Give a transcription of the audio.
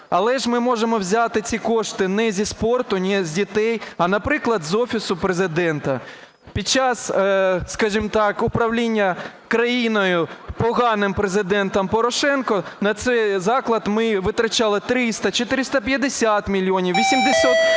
Але ж ми можемо взяти ці кошти не зі спорту, не з дітей, а, наприклад, з Офісу Президента. Під час, скажімо так, управління країною поганим Президентом Порошенком на цей заклад ми витрачали 300, 450 мільйонів, 850